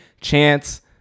chance